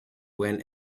went